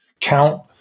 count